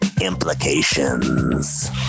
implications